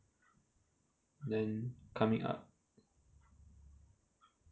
then coming up